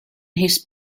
his